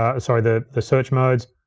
ah sorry, the the search modes,